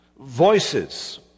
voices